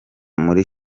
muri